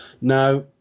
now